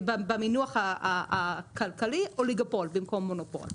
במינוח הכלכלי, אוליגופול במקום מונופול.